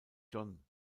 john